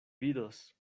vidos